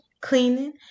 cleaning